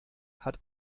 hat